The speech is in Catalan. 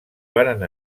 varen